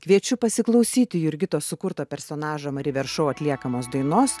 kviečiu pasiklausyti jurgitos sukurto personažo mari ver šou atliekamos dainos